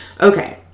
Okay